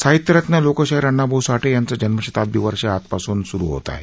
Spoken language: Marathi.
साहित्य रत्न लोकशाहीर अण्णाभाऊ साठे यांचं जन्मशताब्दी वर्ष आजपासून सुरू होत आहे